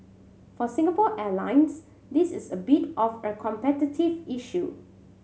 for Singapore Airlines this is a bit of a competitive issue